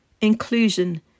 inclusion